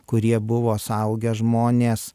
kurie buvo suaugę žmonės